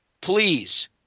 Please